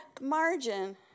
margin